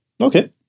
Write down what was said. Okay